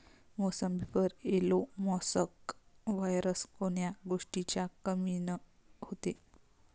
मोसंबीवर yellow mosaic virus कोन्या गोष्टीच्या कमीनं होते?